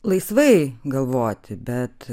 laisvai galvoti bet